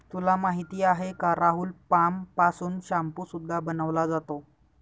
तुला माहिती आहे का राहुल? पाम पासून शाम्पू सुद्धा बनवला जातो